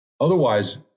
Otherwise